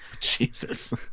jesus